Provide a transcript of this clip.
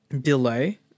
delay